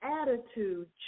attitude